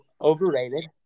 overrated